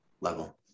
level